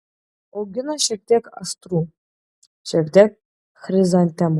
augina šiek tiek astrų šiek tiek chrizantemų